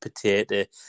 potato